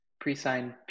Pre-signed